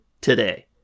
today